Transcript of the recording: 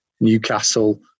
Newcastle